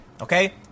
Okay